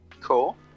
Cool